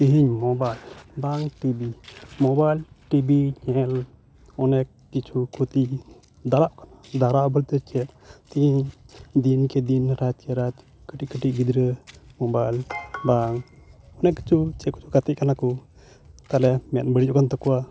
ᱛᱮᱦᱮᱧ ᱢᱳᱵᱟᱭᱤᱞ ᱵᱟᱝ TV mobile TV ᱧᱮᱞ ᱚᱱᱮᱠ ᱠᱤᱪᱷᱩ ᱠᱷᱚᱛᱤ ᱫᱟᱜ ᱫᱟᱨᱟᱫᱚ ᱪᱮᱫ ᱛᱤᱱ ᱫᱤᱱ ᱠᱮ ᱫᱤᱱ ᱨᱟᱛ ᱠᱮ ᱨᱟᱛ ᱠᱟᱹᱴᱤᱡ ᱠᱟᱹᱴᱤᱡ ᱜᱤᱫᱽᱨᱟᱹ ᱢᱳᱵᱟᱭᱤᱞ ᱵᱟᱝ ᱚᱱᱮᱠ ᱠᱤᱪᱷᱩ ᱪᱮᱫ ᱠᱩ ᱜᱟᱛᱮ ᱠᱟᱱᱟ ᱠᱩ ᱛᱟᱦᱚᱞᱮ ᱢᱮᱫ ᱵᱟᱹᱲᱤᱡᱚᱜ ᱠᱟᱱ ᱛᱟᱠᱩᱣᱟ